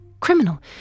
Criminal